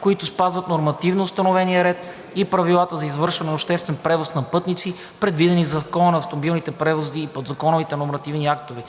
които спазват нормативно установения ред и правилата за извършване на обществен превоз на пътници, предвидени в Закона на автомобилните превози и подзаконовите нормативни актове